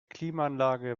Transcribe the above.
klimaanlage